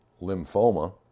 lymphoma